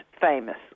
famous